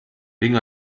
wegen